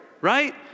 right